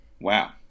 Wow